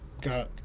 got